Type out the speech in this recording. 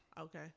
Okay